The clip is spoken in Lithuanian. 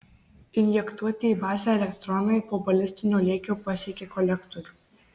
injektuoti į bazę elektronai po balistinio lėkio pasiekia kolektorių